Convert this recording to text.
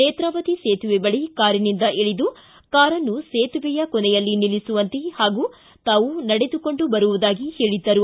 ನೇತ್ರಾವತಿ ಸೇತುವೆ ಬಳಿ ಕಾರಿನಿಂದ ಇಳಿದು ಕಾರನ್ನು ಸೇತುವೆಯ ಕೊನೆಯಲ್ಲಿ ನಿಲ್ಲಿಸುವಂತೆ ಪಾಗೂ ತಾವು ನಡೆದು ಕೊಂಡು ಬರುವುದಾಗಿ ಹೇಳಿದ್ದರು